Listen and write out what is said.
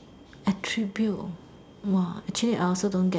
attribute !wah! actually I also don't get